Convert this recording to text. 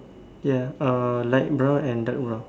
ya uh light brown and dark brown